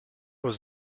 was